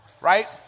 right